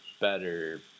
better